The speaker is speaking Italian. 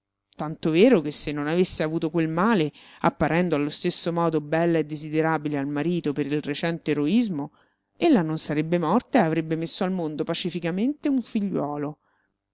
tanto vero che se non avesse avuto quel male apparendo allo stesso modo bella e desiderabile al marito per il recente eroismo ella non sarebbe morta e avrebbe messo al mondo pacificamente un figliuolo